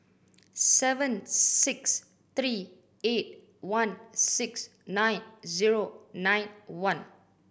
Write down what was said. seven six three eight one six nine zero nine one